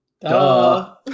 Duh